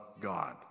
God